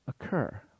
occur